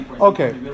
Okay